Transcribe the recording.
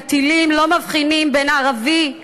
הטילים לא מבחינים בין ערבי ליהודי.